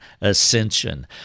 ascension